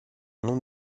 non